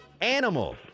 Animal